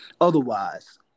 Otherwise